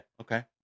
Okay